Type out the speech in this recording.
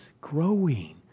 growing